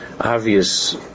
obvious